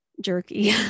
jerky